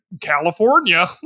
California